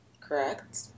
correct